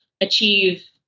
achieve